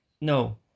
No